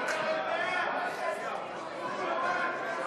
התשע"ו 2016,